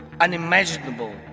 unimaginable